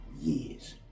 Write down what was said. years